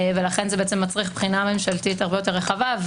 ולכן זה מצריך בחינה ממשלתית הרבה יותר רחבה.